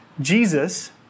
Jesus